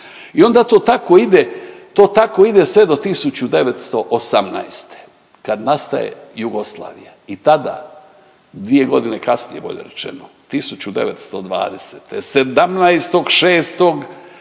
ide, to tako ide sve do 1918. kad nastaje Jugoslavija i tada dvije godine kasnije bolje rečeno, 1920. 17.6.